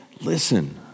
listen